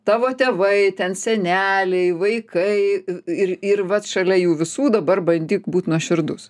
tavo tėvai ten seneliai vaikai ir ir vat šalia jų visų dabar bandyk būt nuoširdus